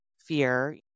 fear